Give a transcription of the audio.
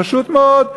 פשוט מאוד.